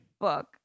book